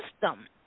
system